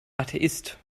atheist